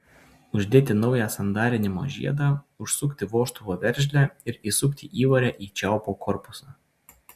uždėti naują sandarinimo žiedą užsukti vožtuvo veržlę ir įsukti įvorę į čiaupo korpusą